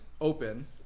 Open